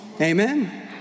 Amen